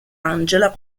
angela